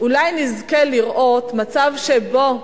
אולי נזכה לראות מצב שבו,